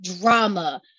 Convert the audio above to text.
drama